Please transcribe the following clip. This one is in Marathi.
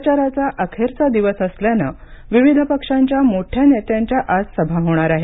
प्रचाराचा अखेरचा दिवस असल्यानं विविध पक्षांच्या मोठ्या नेत्यांच्या आज सभा होणार आहेत